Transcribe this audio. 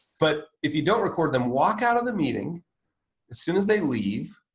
but if you don't record them, walk out of the meeting as soon as they leave,